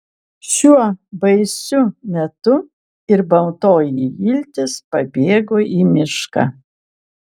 šiuo baisiu metu ir baltoji iltis pabėgo į mišką